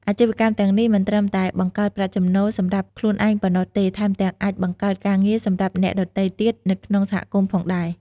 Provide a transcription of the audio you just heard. អាជីវកម្មទាំងនេះមិនត្រឹមតែបង្កើតប្រាក់ចំណូលសម្រាប់ខ្លួនឯងប៉ុណ្ណោះទេ ថែមទាំងអាចបង្កើតការងារសម្រាប់អ្នកដទៃទៀតនៅក្នុងសហគមន៍ផងដែរ។